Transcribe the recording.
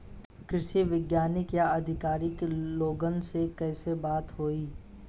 कृषि वैज्ञानिक या अधिकारी लोगन से कैसे बात होई?